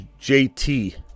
JT